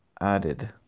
added